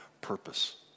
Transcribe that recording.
purpose